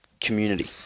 community